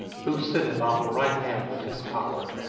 who sitteth on the right hand of his power,